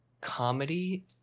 comedy